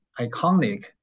iconic